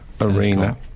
arena